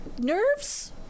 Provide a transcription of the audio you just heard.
nerves